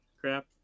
crap